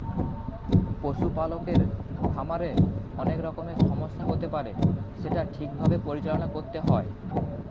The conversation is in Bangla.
পশু পালকের খামারে অনেক রকমের সমস্যা হতে পারে সেটা ঠিক ভাবে পরিচালনা করতে হয়